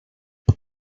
that